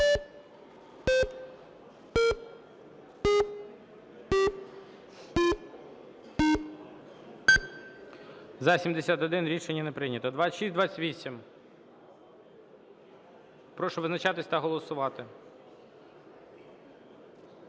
За-71 Рішення не прийнято. 2628. Прошу визначатись та голосувати.